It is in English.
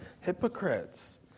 hypocrites